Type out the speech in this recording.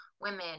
women